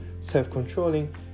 self-controlling